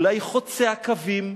אולי חוצי הקווים,